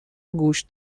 گوش